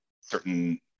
certain